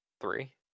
Three